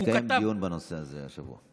מתקיים דיון בנושא הזה בשבוע הבא.